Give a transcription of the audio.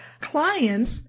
clients